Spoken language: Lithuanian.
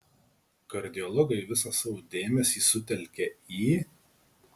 kardiologai visą savo dėmesį sutelkia į